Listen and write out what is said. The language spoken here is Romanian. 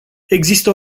există